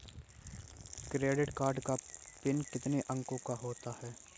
Credit card का PIN कितने अंकों का होता है?